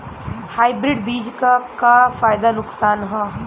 Hybrid बीज क का फायदा नुकसान ह?